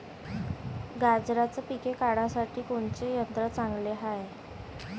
गांजराचं पिके काढासाठी कोनचे यंत्र चांगले हाय?